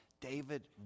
David